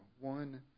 One